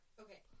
Okay